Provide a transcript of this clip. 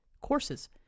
courses